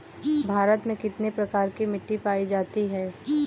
भारत में कितने प्रकार की मिट्टी पाई जाती है?